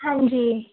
ਹਾਂਜੀ